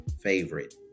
favorite